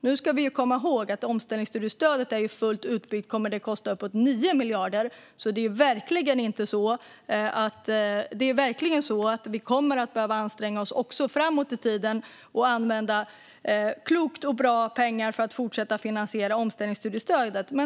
Vi ska komma ihåg att när omställningsstudiestödet är fullt utbyggt kommer det att kosta uppemot 9 miljarder, så vi kommer verkligen att behöva anstränga oss också framåt i tiden och använda pengarna klokt och bra för att fortsätta att finansiera omställningsstudiestödet.